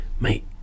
mate